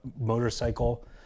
motorcycle